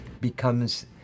becomes